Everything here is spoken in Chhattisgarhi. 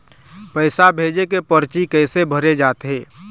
पैसा भेजे के परची कैसे भरे जाथे?